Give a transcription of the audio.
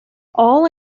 all